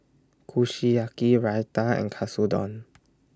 Kushiyaki Raita and Katsudon